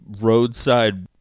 roadside